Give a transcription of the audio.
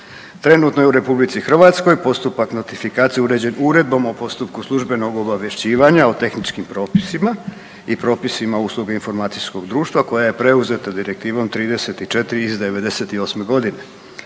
Trenutno je u RH postupak notifikacije uređen uredbom o postupku službenog obavješćivanja o tehničkim propisima i propisima usluge informacijskog društva koja je preuzeta Direktivom 34 iz '98. godine.